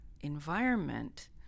environment